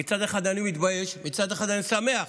מצד אחד אני מתבייש, מצד אחד אני שמח,